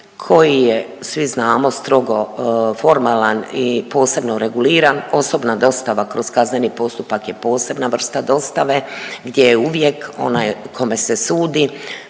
koji je svi znamo strogo formalan i posebno reguliran. Osobna dostava kroz kazneni postupak je posebna vrsta dostave gdje je uvijek onaj kome se sudi